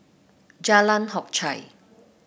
Jalan Hock Chye